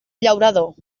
llaurador